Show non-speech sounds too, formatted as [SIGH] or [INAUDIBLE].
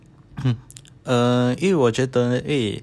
[COUGHS] err 因为我觉得 eh